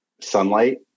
sunlight